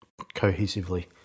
cohesively